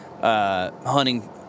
hunting